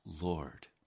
Lord